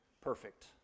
Perfect